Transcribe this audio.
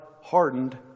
hardened